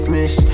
Miss